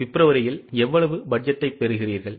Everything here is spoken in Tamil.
பிப்ரவரியில் எவ்வளவு பட்ஜெட்டைப் பெறுகிறீர்கள்